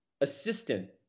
assistant